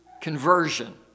conversion